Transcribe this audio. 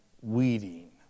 weeding